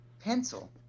Pencil